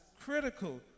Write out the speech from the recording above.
critical